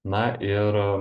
na ir